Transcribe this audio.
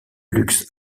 luxe